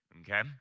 Okay